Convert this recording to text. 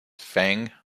feng